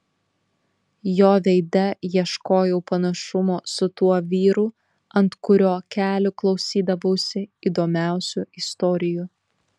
jo veide ieškojau panašumo su tuo vyru ant kurio kelių klausydavausi įdomiausių istorijų